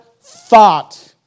thought